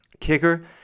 kicker